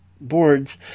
boards